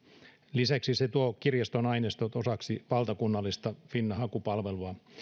lisäksi se tuo kirjaston aineistot osaksi valtakunnallista finna hakupalvelua